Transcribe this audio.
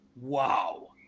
wow